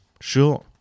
Sure